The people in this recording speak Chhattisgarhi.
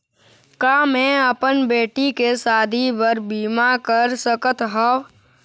का मैं अपन बेटी के शादी बर बीमा कर सकत हव?